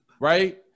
right